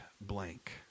blank